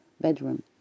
bedroom